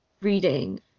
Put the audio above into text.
reading